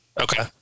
Okay